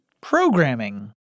programming